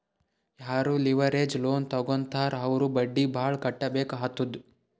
ಯಾರೂ leverage loan ತಗೋತ್ತಾರ್ ಅವ್ರು ಬಡ್ಡಿ ಭಾಳ್ ಕಟ್ಟಬೇಕ್ ಆತ್ತುದ್